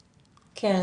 כן.